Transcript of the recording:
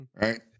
Right